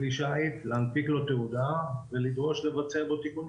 כלי שיט, להנפיק לו תעודה ולדרוש לבצע בו תיקונים.